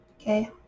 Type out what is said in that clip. Okay